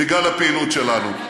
בגלל הפעילות שלנו.